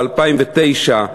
ב-2009,